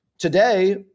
Today